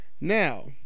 Now